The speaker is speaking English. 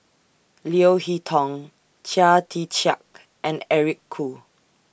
Leo Hee Tong Chia Tee Chiak and Eric Khoo